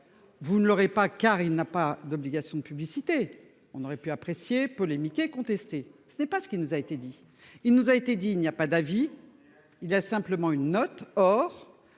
Vous ne l'aurait pas car il n'a pas d'obligation publicité on aurait pu apprécier polémiquer contesté ce n'est pas ce qui nous a été dit, il nous a été dit, il n'y a pas d'avis. Il a simplement une note. Or,